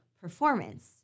performance